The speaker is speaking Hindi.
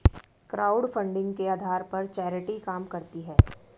क्राउडफंडिंग के आधार पर चैरिटी काम करती है